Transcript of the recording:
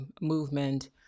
movement